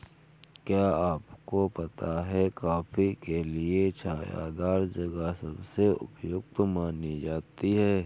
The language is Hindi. क्या आपको पता है कॉफ़ी के लिए छायादार जगह सबसे उपयुक्त मानी जाती है?